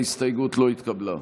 ההסתייגות לא התקבלה.